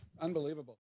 unbelievable